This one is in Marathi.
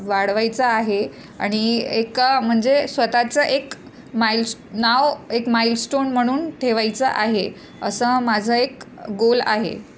वाढवायचं आहे आणि एक म्हणजे स्वतःचं एक माइल्स नाव एक माईलस्टोन म्हणून ठेवायचं आहे असं माझं एक गोल आहे